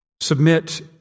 submit